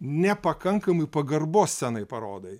nepakankamai pagarbos scenai parodai